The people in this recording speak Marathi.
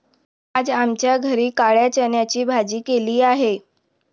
आज आमच्या घरी काळ्या चण्याची भाजी केलेली आहे